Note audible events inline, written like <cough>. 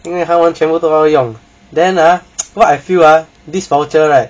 因为他们全部都是要用 then ah <noise> what I feel ah this voucher right